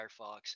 Firefox